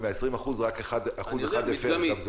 ומה-20% רק 1% מפר.